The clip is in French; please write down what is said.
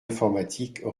informatiques